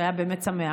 שהיה באמת שמח.